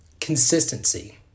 Consistency